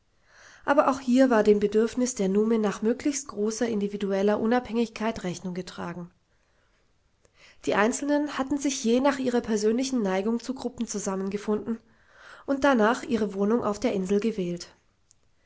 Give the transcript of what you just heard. aber auch hier war dem bedürfnis der nume nach möglichst großer individueller unabhängigkeit rechnung getragen die einzelnen hatten sich je nach ihrer persönlichen neigung zu gruppen zusammengefunden und danach ihre wohnung auf der insel gewählt